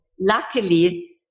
luckily